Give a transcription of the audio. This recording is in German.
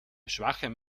schwachem